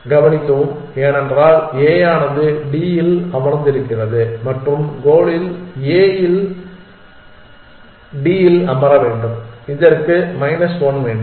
கவனிக்கவும் ஏனென்றால் A ஆனது D இல் அமர்ந்திருக்கிறது மற்றும் கோலில் நீங்கள் A இல் D இல் அமர வேண்டும் இதற்கு மைனஸ் 1 வேண்டும்